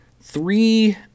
three